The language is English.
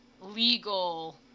legal